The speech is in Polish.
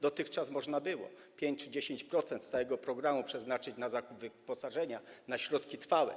Dotychczas było można 5% czy 10% z całego programu przeznaczyć na zakup wyposażenia, na środki trwałe.